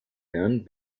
herren